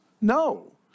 No